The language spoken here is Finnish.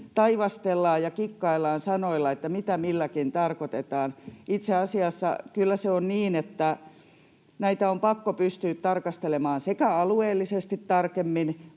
taivastellaan ja kikkaillaan sanoilla, että mitä milläkin tarkoitetaan. Itse asiassa kyllä se on niin, että näitä on pakko pystyä tarkastelemaan sekä alueellisesti tarkemmin